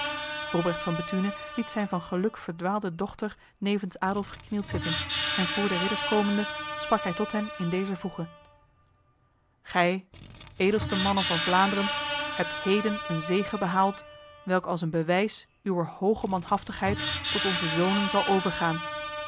robrecht van bethune liet zijn van geluk verdwaalde dochter nevens adolf geknield zitten en voor de ridders komende sprak hij tot hen in dezer voege gij edelste mannen van vlaanderen hebt heden een zege behaald welke als een bewijs uwer hoge manhaftigheid tot onze zonen zal overgaan